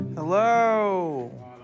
Hello